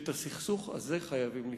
שאת הסכסוך הזה חייבים לפתור.